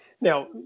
Now